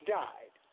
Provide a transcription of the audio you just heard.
died